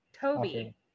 Toby